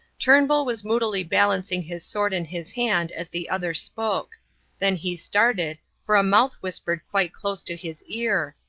turnbull was moodily balancing his sword in his hand as the other spoke then he started, for a mouth whispered quite close to his ear.